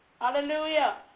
hallelujah